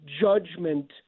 judgment